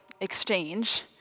exchange